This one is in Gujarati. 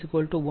2 2